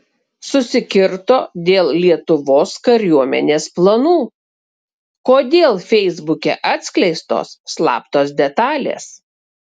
susikirto dėl lietuvos kariuomenės planų kodėl feisbuke atskleistos slaptos detalės